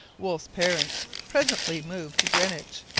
wolfe's parents presently moved to greenwich,